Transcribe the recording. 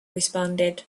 responded